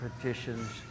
petitions